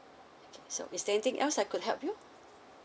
so is there anything else I could help you